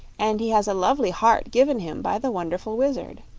and he has a lovely heart given him by the wonderful wizard.